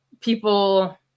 people